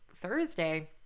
Thursday